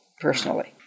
personally